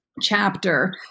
chapter